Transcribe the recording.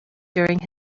during